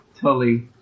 Tully